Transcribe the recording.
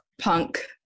punk